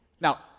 Now